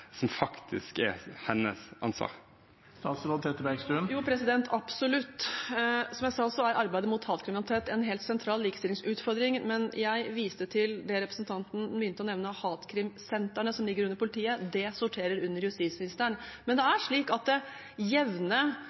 som faktisk er hennes ansvar? Jo, absolutt. Som jeg sa, er arbeidet mot hatkriminalitet en helt sentral likestillingsutfordring, men jeg viste til det representanten nevnte om hatkrimsentrene, som ligger under politiet. Det sorterer under justisministeren. Det er slik at det jevne,